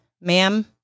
Ma'am